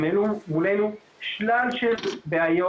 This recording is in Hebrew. הם העלו מולנו שלל בעיות.